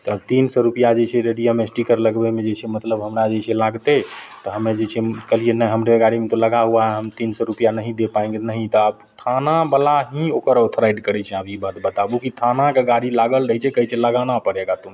तब तीन सओ रुपैआ जे छै रेडियम स्टिकर लगबैमे जे छै मतलब हमरा जे छै लागतै तऽ हमे जे छै कहलिए नहीं हमारी गाड़ी में तो लगा हुआ है हम तीन सओ रुपैआ नहीं दे पाएंगे नहीं तऽ आब थानावला ही ओकर ऑथोराइज्ड करै छै आब ई बात बताबू कि थानाके गाड़ी लागल रहै छै कहै छै लगाना पड़ेगा तुमको